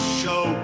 show